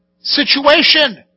Situation